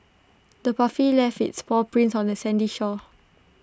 the puppy left its paw prints on the sandy shore